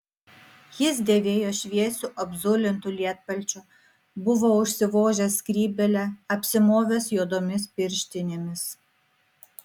jis dėvėjo šviesiu apzulintu lietpalčiu buvo užsivožęs skrybėlę apsimovęs juodomis pirštinėmis